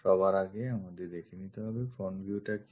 সবার আগে আমাদের দেখে নিতে হবে front viewটা কি